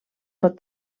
pot